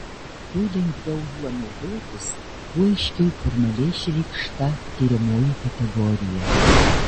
tuo lengviau juo naudotis kuo aiškiau formaliai išreikšta tiriamoji kategorija